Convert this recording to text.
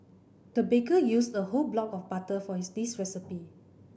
the baker used the whole block of butter for his this recipe